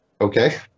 okay